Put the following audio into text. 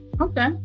Okay